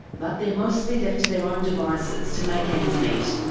but they're mostly left to their own devices to make ends meet.